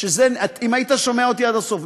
אם היית שומע אותי עד הסוף,